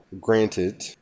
granted